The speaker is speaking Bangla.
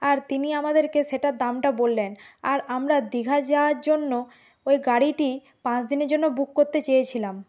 আর তিনি আমাদেরকে সেটার দামটা বললেন আর আমরা দীঘা যাওয়ার জন্য ওই গাড়িটি পাঁচ দিনের জন্য বুক করতে চেয়েছিলাম